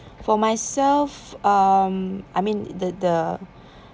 for myself um I mean the the